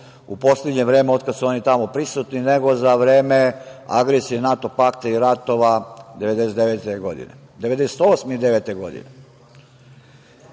u poslednje vreme otkada su oni tamo prisutni nego za vreme agresije NATO pakta i ratova 1998. i